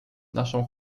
naszą